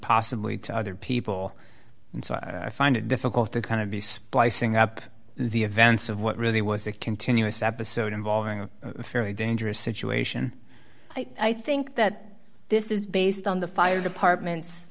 possibly to other people and so i find it difficult to kind of be spicing up the events of what really was a continuous episode involving a fairly dangerous situation i think that this is based on the fire department